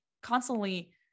constantly